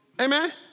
Amen